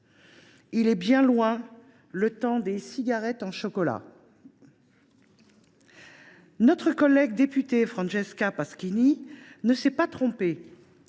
Il est bien loin le temps des cigarettes en chocolat ! Notre collègue députée Francesca Pasquini ne s’est pas trompée